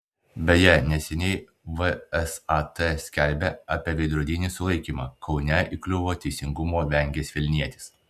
beje neseniai vsat skelbė apie veidrodinį sulaikymą kaune įkliuvo teisingumo vengęs vilnietis